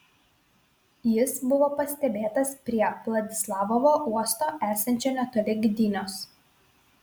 jis buvo pastebėtas prie vladislavovo uosto esančio netoli gdynios